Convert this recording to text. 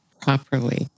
properly